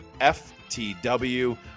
FTW